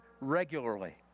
regularly